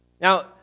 Now